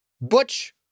Butch